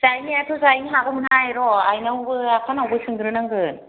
जानायाथ' जायैनो हागौमोनहाय र' आइनावबो आफानावबो सोंग्रोनांगोन